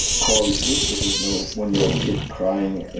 quality sleeping because there's no one year old kid crying, and